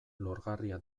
lorgarria